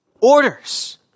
Orders